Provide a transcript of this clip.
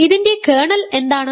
ഇതിന്റെ കേർണൽ എന്താണ്